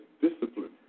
discipline